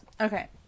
Okay